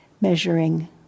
measuring